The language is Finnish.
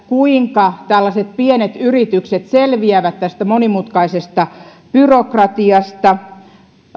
kuinka tällaiset pienet yritykset selviävät tästä monimutkaisesta byrokratiasta